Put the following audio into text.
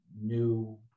new